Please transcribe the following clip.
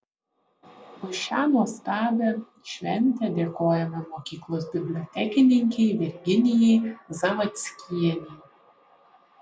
už šią nuostabią šventę dėkojame mokyklos bibliotekininkei virginijai zavadskienei